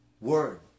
word